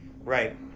Right